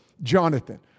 Jonathan